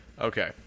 Okay